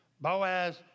Boaz